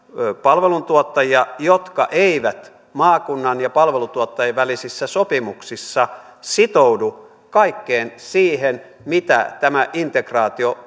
palveluntuottajia jotka eivät maakunnan ja palveluntuottajien välisissä sopimuksissa sitoudu kaikkeen siihen mitä tämä integraatio